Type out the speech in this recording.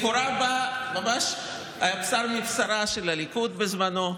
לכאורה, ממש בשר מבשרה של הליכוד, בזמנו.